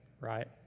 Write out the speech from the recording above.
right